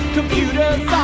Computers